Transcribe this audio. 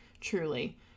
Truly